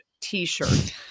T-shirt